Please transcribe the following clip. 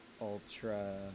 Ultra